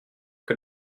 que